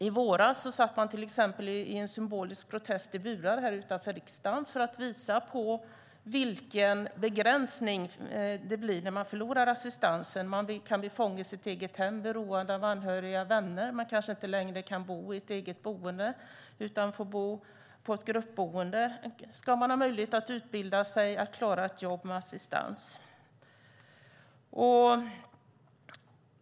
I våras satt man till exempel som en symbolisk protest i burar här utanför Riksdagshuset för att visa på vilken begränsning det blir när man förlorar assistansen. Man kan bli fånge i sitt eget hem, bli beroende av anhöriga och vänner. Man kanske inte längre kan ha ett eget boende utan får bo i ett gruppboende. Ska man ha möjlighet att utbilda sig, att klara ett jobb med assistans?